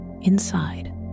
Inside